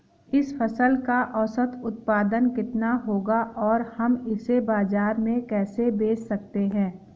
इस फसल का औसत उत्पादन कितना होगा और हम इसे बाजार में कैसे बेच सकते हैं?